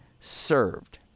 served